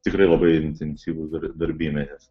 tikrai labai intensyvus darbymetis